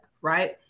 right